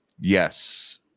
Yes